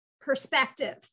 perspective